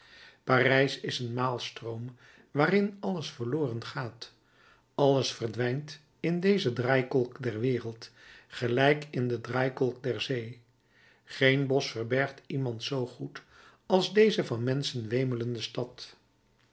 parijs is een maalstroom waarin alles verloren gaat alles verdwijnt in deze draaikolk der wereld gelijk in de draaikolk der zee geen bosch verbergt iemand zoo goed als deze van menschen wemelende stad